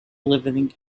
living